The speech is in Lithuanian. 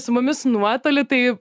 su mumis nuotoliu tai